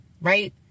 right